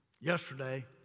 yesterday